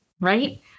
right